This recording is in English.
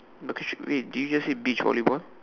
but question wait did you just say beach volleyball